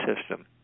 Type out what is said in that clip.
system